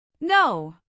No